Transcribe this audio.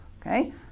Okay